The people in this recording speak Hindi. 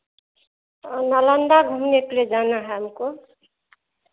नालंदा घूमने के लिए जाना है हमको